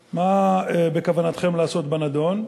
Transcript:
3. מה בכוונתכם לעשות בנדון?